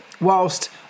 whilst